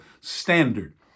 standard